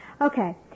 Okay